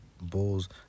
Bulls